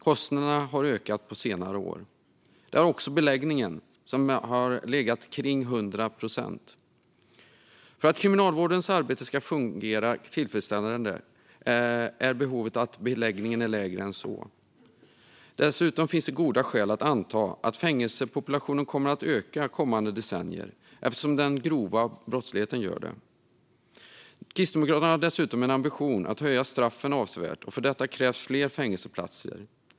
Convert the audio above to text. Kostnaderna har ökat på senare år. Det har också beläggningen, som har legat kring 100 procent. För att Kriminalvårdens arbete ska fungera tillfredsställande behöver beläggningen vara lägre. Det finns goda skäl att anta att fängelsepopulationen kommer att öka kommande decennier eftersom den grova brottsligheten gör det. Kristdemokraterna har dessutom en ambition att höja straffen avsevärt, och för detta krävs fler fängelseplatser.